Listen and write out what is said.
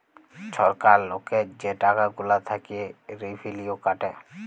ছরকার লকের যে টাকা গুলা থ্যাইকে রেভিলিউ কাটে